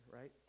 right